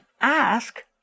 ask